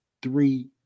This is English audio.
Three